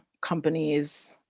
companies